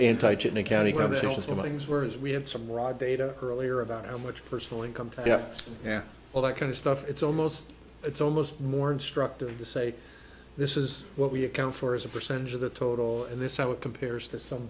monies were as we had some raw data earlier about how much personal income tax and all that kind of stuff it's almost it's almost more instructive to say this is what we account for as a percentage of the total in this how it compares to some